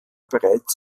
bereits